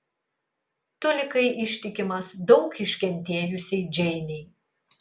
tu likai ištikimas daug iškentėjusiai džeinei